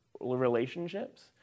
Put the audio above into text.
relationships